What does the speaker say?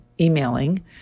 emailing